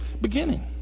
Beginning